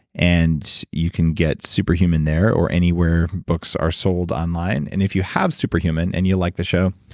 and you can get superhuman there or anywhere books are sold online. and if you have superhuman and you like the show,